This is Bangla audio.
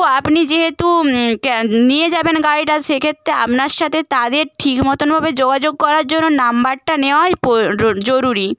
আপনি যেহেতু নিয়ে যাবেন গাড়িটা সেক্ষেত্রে আপনার সাথে তাদের ঠিক মতনভাবে যোগাযোগ করার জন্য নাম্বারটা নেওয়াই জরুরি